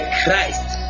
Christ